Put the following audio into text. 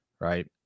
right